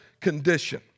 condition